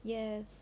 yes